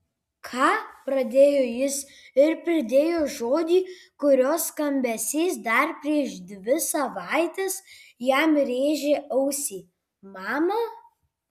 ką pradėjo jis ir pridėjo žodį kurio skambesys dar prieš dvi savaites jam rėžė ausį mama